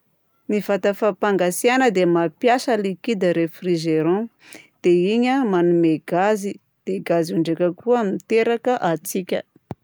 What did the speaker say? Ny vata fampangatsiahana dia mampiasa likida refrigeron dia iny a manome gazy dia io gazy io ndraika koa miteraka hatsiaka.